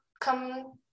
come